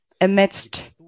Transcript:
amidst